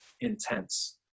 intense